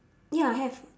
ya I have